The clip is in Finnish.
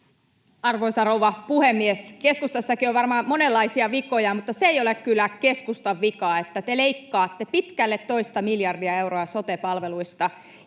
Arvoisa rouva puhemies! Keskustassakin on varmaan monenlaisia vikoja, mutta se ei ole kyllä keskustan vika, että te leikkaatte pitkälle toista miljardia euroa sote-palveluista.